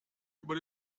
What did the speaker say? über